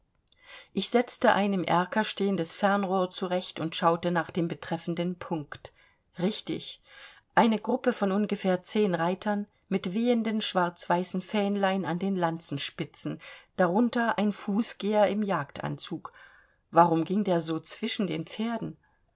ich setzte ein im erker stehendes fernrohr zurecht und schaute nach dem betreffenden punkt richtig eine gruppe von ungefähr zehn reitern mit wehenden schwarz weißen fähnlein an den lanzenspitzen darunter ein fußgeher im jagdanzug warum ging der so zwischen den pferden